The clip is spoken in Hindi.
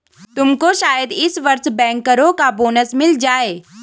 तुमको शायद इस वर्ष बैंकरों का बोनस मिल जाए